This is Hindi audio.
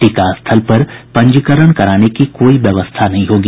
टीकास्थल पर पंजीकरण कराने की कोई व्यवस्था नहीं होगी